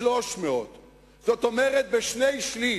זאת אומרת בשני-שלישים.